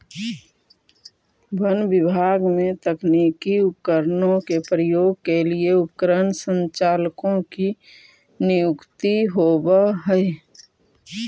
वन विभाग में तकनीकी उपकरणों के प्रयोग के लिए उपकरण संचालकों की नियुक्ति होवअ हई